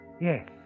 Yes